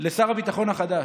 לשר הביטחון החדש.